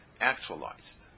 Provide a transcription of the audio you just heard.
actualized